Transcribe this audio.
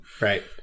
right